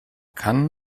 kann